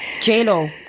J-Lo